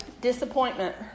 disappointment